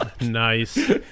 nice